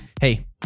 Hey